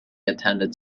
attended